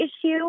issue